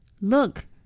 Look